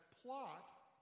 plot